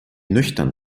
nüchtern